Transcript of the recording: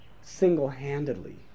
Single-handedly